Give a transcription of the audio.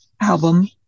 album